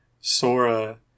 sora